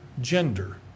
gender